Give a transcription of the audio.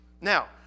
Now